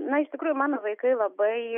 na iš tikrųjų mano vaikai labai